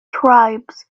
tribes